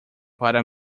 para